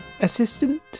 assistant